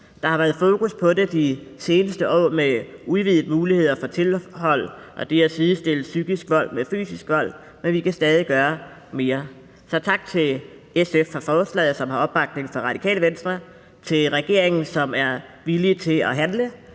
Der har været fokus på det de seneste år med udvidede muligheder for tilhold og ved at sidestille psykisk vold med fysisk vold, men vi kan stadig gøre mere. Så tak til SF for forslaget, som har opbakning fra Radikale Venstre, og til regeringen, som er villig til at handle.